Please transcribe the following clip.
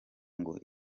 ngo